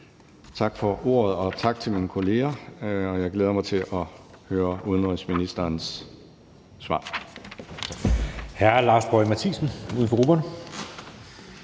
Tak for ordet, og tak til mine kolleger. Jeg glæder mig til at høre udenrigsministerens svar.